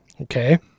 okay